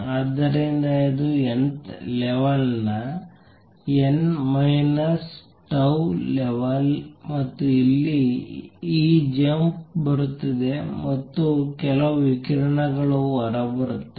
ಆದ್ದರಿಂದ ಇದು nth level n minus tau level ಮತ್ತು ಇಲ್ಲಿ ಈ ಜಂಪ್ ಬರುತ್ತಿದೆ ಮತ್ತು ಕೆಲವು ವಿಕಿರಣಗಳು ಹೊರಬರುತ್ತವೆ